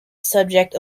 subject